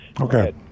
Okay